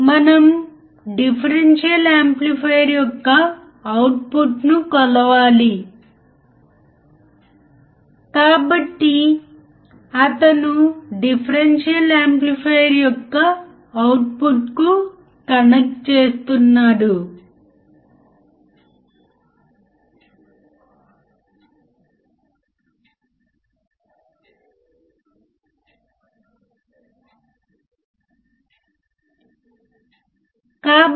common emitter amplifier common base amplifier common collector amplifier common collector amplifier ఇది voltage follower తప్ప మరొకటి కాదు